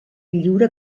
lliure